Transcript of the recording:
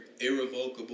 irrevocable